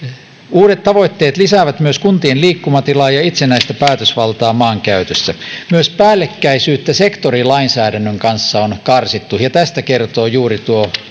uudet tavoitteet lisäävät myös kuntien liikkumatilaa ja itsenäistä päätösvaltaa maankäytössä myös päällekkäisyyttä sektorilainsäädännön kanssa on karsittu ja tästä kertoo juuri tuo